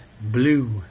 Blue